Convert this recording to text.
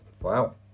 Wow